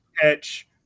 catch